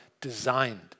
designed